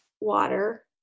water